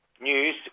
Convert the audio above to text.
news